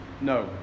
No